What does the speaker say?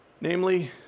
Namely